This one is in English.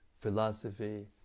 philosophy